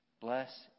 bless